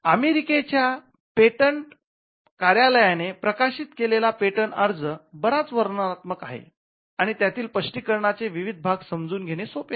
अमेरिकेच्या पेटंट कार्यालयाने प्रकाशित केलेला पेटंट अर्ज बराच वर्णनात्मक आहे आणि यातील स्पष्टीकरणांचे विविध भाग समजून घेणे सोपे आहे